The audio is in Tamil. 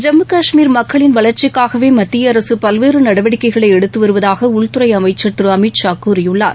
ஜம்மு காஷ்மீர் மக்களின் வளர்ச்சிக்காகவே மத்திய அரசு பல்வேறு நடவடிக்கைகளை எடுத்து வருவதாக உள்துறை அமைச்சர் திரு அமித் ஷா கூறியுள்ளார்